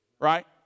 right